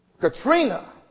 Katrina